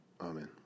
Amen